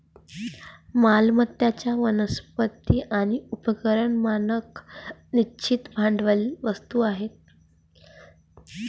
मालमत्ता, वनस्पती आणि उपकरणे मानक निश्चित भांडवली वस्तू आहेत